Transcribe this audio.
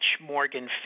Morgan